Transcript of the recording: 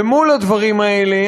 ומול הדברים האלה,